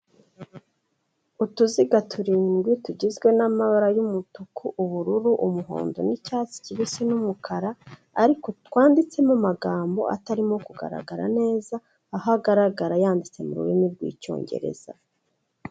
Utuziga turindwi tugizwe n'amabara y'umutuku, ubururu, umuhondo n'icyatsi kibisi n'umukara ariko twanditsemo amagambo atarimo kugaragara neza, aho agaragara yanditse mu rurimi rw'icyongereza.